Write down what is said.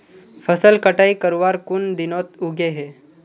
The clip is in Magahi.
फसल कटाई करवार कुन दिनोत उगैहे?